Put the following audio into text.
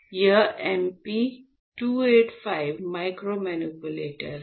यहां MP 285 micromanipulator हैं